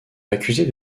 accusée